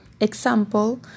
Example